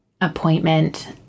appointment